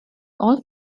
all